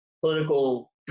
political